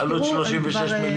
עלות 36 מיליון.